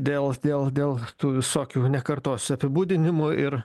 dėl dėl dėl tų visokių nekartosiu apibūdinimų ir